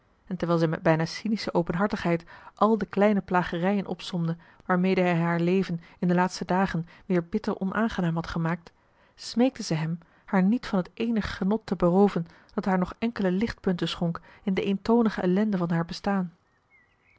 en terwijl zij met bijna cynische openhartigheid al de kleine plagerijen opsomde waarmede hij haar leven in de laatste dagen weer bitter onaangenaam had gemaakt smeekte zij hem haar niet van het eenig genot te berooven dat haar nog enkele lichtpunten schonk in de eentonige ellende van haar bestaan